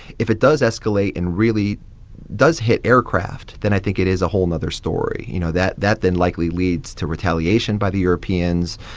if it does escalate and really does hit aircraft, then i think it is a whole nother story. you know, that that then likely leads to retaliation by the europeans.